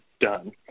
done